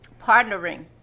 partnering